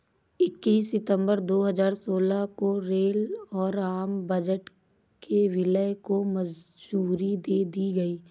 इक्कीस सितंबर दो हजार सोलह को रेल और आम बजट के विलय को मंजूरी दे दी गयी